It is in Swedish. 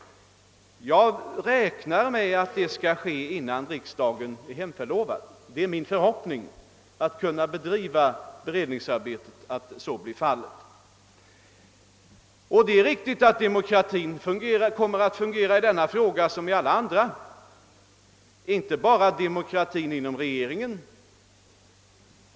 Jag räknar med att vi skall kunna ha det innan riksdagen hemförlovas. Det är min förhoppning att kunna bedriva beredningsarbetet på sådant sätt att detta blir möjligt. Demokratin kommer också att fungera i denna fråga på samma sätt som beträffande alla andra frågor.